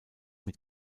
mit